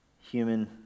human